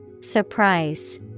Surprise